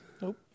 Nope